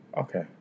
Okay